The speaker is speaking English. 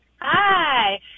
Hi